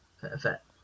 Perfect